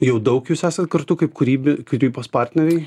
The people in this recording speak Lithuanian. jau daug jūs esat kartu kaip kūrybi kūrybos partneriai